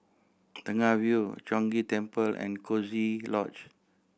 Tengah Avenue Chong Ghee Temple and Coziee Lodge